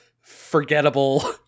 forgettable